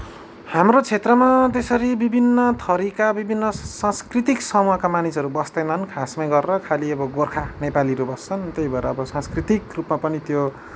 हाम्रो क्षेत्रमा त्यसरी विभिन्न थरीका विभिन्न सांस्कृतिक समूहका मानिसहरू बस्दैनन् खासमै गरेर खाली अब गोर्खा नेपालीहरू बस्छन् त्यही भएर अब सांस्कृतिक रूपमा पनि त्यो